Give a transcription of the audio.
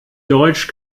deutsch